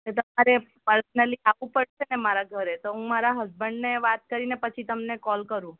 તમારે પર્સનલી આવું પડશે ને મારાં ઘરે તો હું મારા હસબન્ડને વાત કરીને પછી તમને કોલ કરું